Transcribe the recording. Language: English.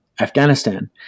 Afghanistan